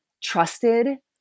trusted